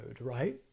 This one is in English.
right